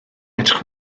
edrych